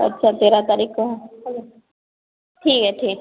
अच्छा तेरह तारीख़ को है ठीक है ठीक